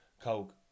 coke